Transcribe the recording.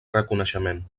reconeixement